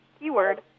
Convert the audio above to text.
keyword